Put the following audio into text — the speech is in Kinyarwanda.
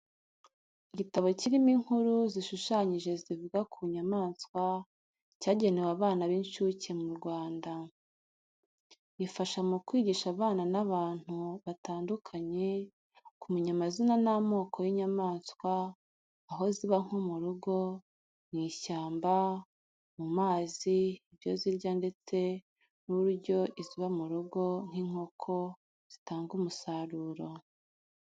Igitabo kirimo inkuru zishushanyije zivuga ku nyamaswa cyagenewe abana b'inshuke mu Rwanda. Ifasha mu kwigisha abana n’abantu batandukanye kumenya amazina n'amoko y'inyamaswa, aho ziba nko mu rugo, mu ishyamba, mu mazi, ibyo zirya ndetse n'uburyo iziba mu rugo nk'inkoko zitanga umusaruro.